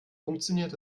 funktioniert